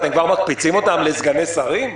אתם כבר מקפיצים אותם לסגני שרים,